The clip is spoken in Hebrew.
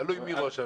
תלוי מי ראש הממשלה.